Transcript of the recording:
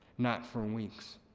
not for weeks.